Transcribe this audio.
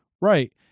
Right